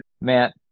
matt